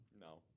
No